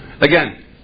Again